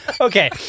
Okay